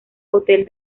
hotel